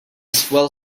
swell